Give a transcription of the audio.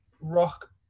Rock